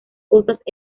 cosas